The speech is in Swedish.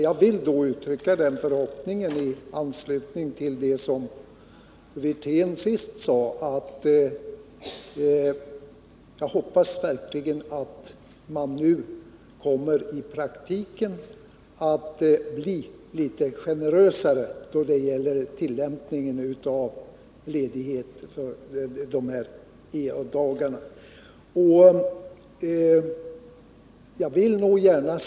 Jag vill då uttrycka den förhoppningen, i anslutning till det som Rolf Wirtén senast sade, att man nu verkligen i praktiken blir litet generösare i tillämpningen av ledighet för dessa ea-dagar.